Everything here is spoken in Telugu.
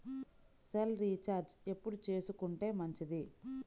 సెల్ రీఛార్జి ఎప్పుడు చేసుకొంటే మంచిది?